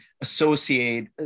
associate